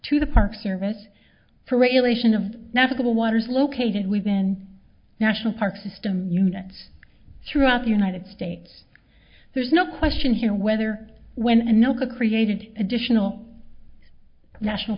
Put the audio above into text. to the park service for regulation of navigable waters located we've been national park system units throughout the united states there's no question here whether when and no created additional national